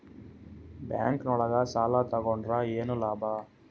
Bank ನೊಳಗ ಸಾಲ ತಗೊಂಡ್ರ ಏನು ಲಾಭ?